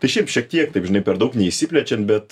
tai šiaip šiek tiek taip žinai per daug neišsiplečiant bet